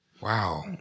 Wow